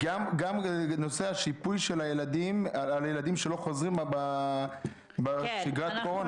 גם שיפוי על ילדים שלא חוזרים בשגרת הקורונה?